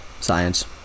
science